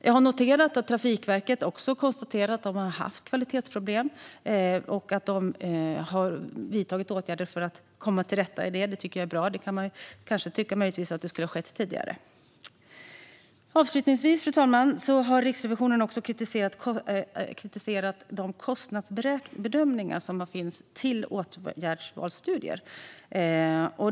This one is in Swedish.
Jag har noterat att Trafikverket också har konstaterat att man har haft kvalitetsproblem och att man har vidtagit åtgärder för att komma till rätta med det. Det är bra. Man kan möjligtvis tycka att skulle ha skett tidigare. Fru talman! Riksrevisionen har också kritiserat de kostnadsbedömningar som finns till åtgärdsvalsstudier.